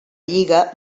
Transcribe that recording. lliga